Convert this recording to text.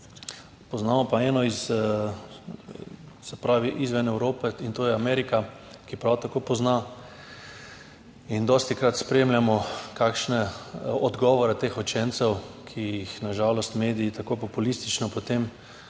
Poznamo pa eno izven Evrope, in to je Amerika, ki prav tako pozna. Dostikrat spremljamo kakšne odgovore teh učencev, ki jih na žalost mediji tako populistično potem